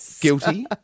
Guilty